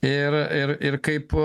ir ir ir kaip